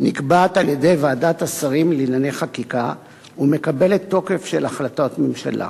נקבעת על-ידי ועדת השרים לענייני חקיקה ומקבלת תוקף של החלטת ממשלה.